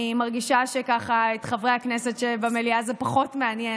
אני מרגישה שאת חברי הכנסת שבמליאה זה פחות מעניין,